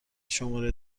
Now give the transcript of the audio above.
شماره